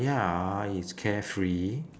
ya it's carefree